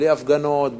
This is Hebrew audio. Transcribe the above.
בלי הפגנות,